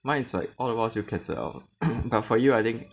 mine is like all the while 就 cancel 了 but for you I think